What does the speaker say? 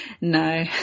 No